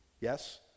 Yes